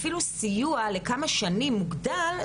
אפילו סיוע לכמה שנים מוגדל,